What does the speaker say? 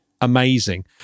amazing